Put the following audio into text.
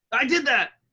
i did that!